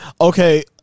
Okay